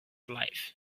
life